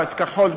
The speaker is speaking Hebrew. פס כחול,